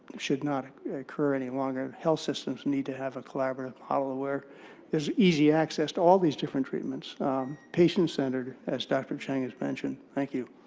should not occur any longer. health systems need to have a collaborative model where there's easy access to all these different treatments patient-centered, as dr. cheng has mentioned. thank you.